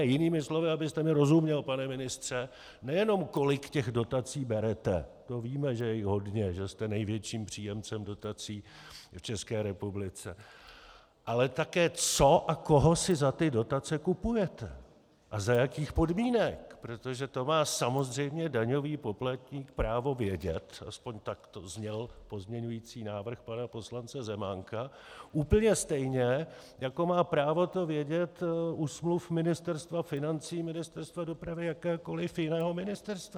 Jinými slovy, abyste mi rozuměl, pane ministře, nejenom kolik těch dotací berete my víme, že jich je hodně a že jste největším příjemcem dotací v České republice , ale také co a koho si za ty dotace kupujete a za jakých podmínek, protože to má samozřejmě daňový poplatník právo vědět, aspoň takto zněl pozměňovací návrh pana poslance Zemánka, úplně stejně, jako má právo to vědět u smluv Ministerstva financí, Ministerstva dopravy, jakéhokoliv jiného ministerstva.